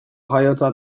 jaiotza